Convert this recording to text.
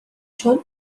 چون